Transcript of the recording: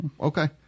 Okay